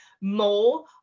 more